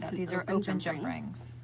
these are open jump rings.